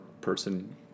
person